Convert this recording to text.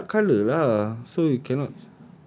then buy dark colours lah so you cannot